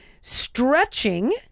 stretching